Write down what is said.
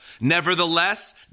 Nevertheless